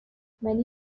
many